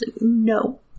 No